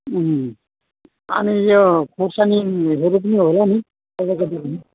अँ अनि यो खोर्सानीहरू पनि होला नि तपाईँको दोकनमा